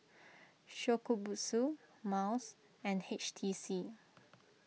Shokubutsu Miles and H T C